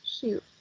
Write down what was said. Shoot